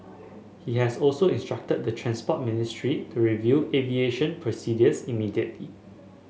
he has also instructed the Transport Ministry to review aviation procedures immediately